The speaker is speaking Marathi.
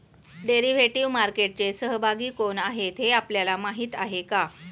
डेरिव्हेटिव्ह मार्केटचे सहभागी कोण आहेत हे आपल्याला माहित आहे का?